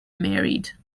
married